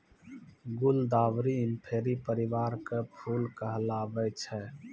गुलदावरी इंफेरी परिवार के फूल कहलावै छै